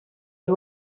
you